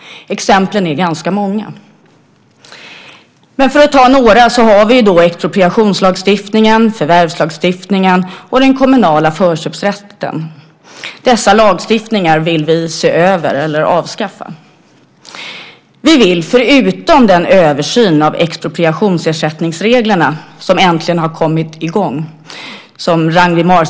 Exemplen är ganska många. För att ta några har vi expropriationslagstiftningen, förvärvslagstiftningen och den kommunala förköpsrätten. Dessa lagstiftningar vill vi se över eller avskaffa. Förutom den översyn av expropriationsersättningsreglerna som äntligen har kommit i gång vill vi moderater att ändamålen för expropriation ses över.